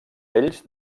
ells